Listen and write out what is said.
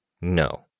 No